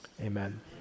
amen